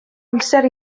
amser